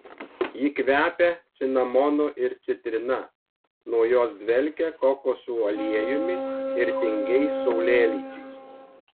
ji kvepia cinamonu ir citrina nuo jos dvelkia kokosų aliejumi ir tingiais saulėlydžiais